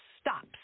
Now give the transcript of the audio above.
stops